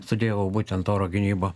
studijavau būtent oro gynybą